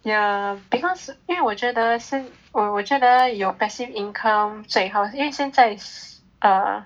ya because 因为我觉得现我觉得有 passive income 所以好因为现在 err